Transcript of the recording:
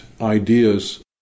ideas